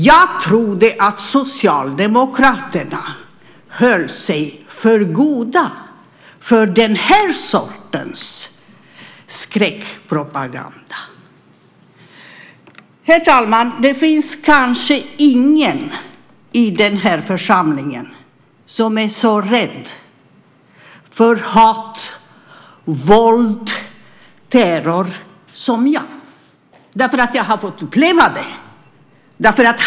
Jag trodde att Socialdemokraterna höll sig för goda för den sortens skräckpropaganda. Herr talman! Det finns kanske ingen i den här församlingen som är så rädd för hat, våld och terror som jag. Jag har upplevt det.